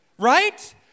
right